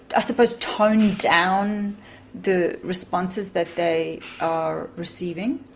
i suppose tone down the responses that they are receiving.